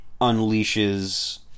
unleashes